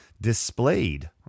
displayed